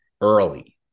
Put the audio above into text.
early